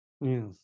yes